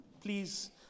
please